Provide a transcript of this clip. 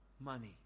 money